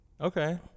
Okay